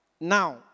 now